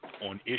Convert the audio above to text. on